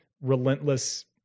relentless –